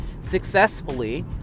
successfully